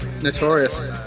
notorious